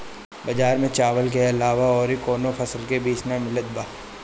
बजार में चावल के अलावा अउर कौनो फसल के बीज ना मिलत बा